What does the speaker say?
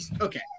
okay